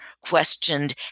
questioned